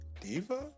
Diva